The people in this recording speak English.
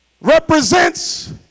represents